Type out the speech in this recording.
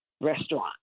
restaurant